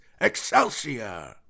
Excelsior